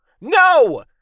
No